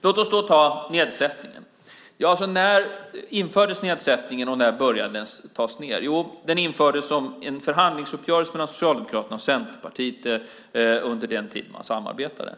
Låt oss då ta nedsättningen av arbetsgivaravgifterna. När infördes den? Jo, den infördes efter en förhandlingsuppgörelse mellan Socialdemokraterna och Centerpartiet under den tid man samarbetade.